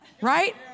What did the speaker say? Right